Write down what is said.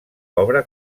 obra